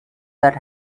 that